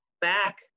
back